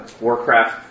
Warcraft